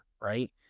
right